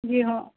جی ہاں